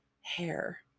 hair